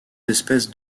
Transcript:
espèces